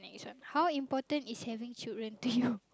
this one how important is having children to you